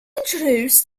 introduced